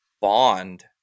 bond